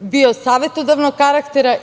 bio savetodavnog karaktera